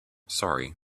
sorry